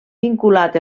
vinculat